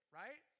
right